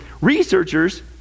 researchers